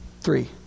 Three